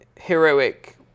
heroic